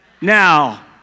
Now